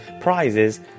prizes